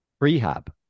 rehab